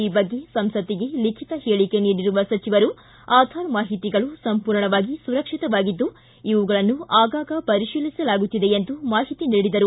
ಈ ಬಗ್ಗೆ ಸಂಸತ್ತಿಗೆ ಲಿಖಿತ ಹೇಳಿಕೆ ನೀಡಿರುವ ಸಚಿವರು ಆಧಾರ್ ಮಾಹಿತಿಗಳು ಸಂಪೂರ್ಣವಾಗಿ ಸುರಕ್ಷಿತವಾಗಿದ್ದು ಇವುಗಳನ್ನು ಆಗಾಗ ಪರಿಶೀಲಿಸಲಾಗುತ್ತಿದೆ ಎಂದು ಮಾಹಿತಿ ನೀಡಿದರು